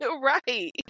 Right